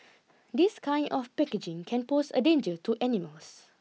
this kind of packaging can pose a danger to animals